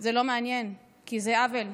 זה לא מעניין כי זה עוול.